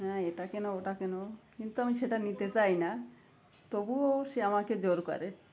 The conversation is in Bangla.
হ্যাঁ এটা কেন ওটা কেন কিন্তু আমি সেটা নিতে চাই না তবুও সে আমাকে জোর করে